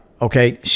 Okay